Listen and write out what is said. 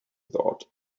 thought